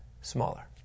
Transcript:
smaller